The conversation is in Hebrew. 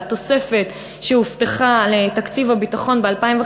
והתוספת שהובטחה לתקציב הביטחון ב-2015,